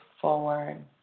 forward